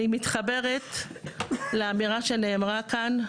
אני מתחברת לאמירה שנאמרה כאן.